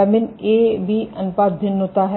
lamin AB अनुपात भिन्न होता है